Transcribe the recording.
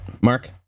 Mark